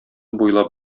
буйлап